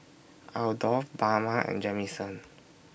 Adolph Bama and Jamison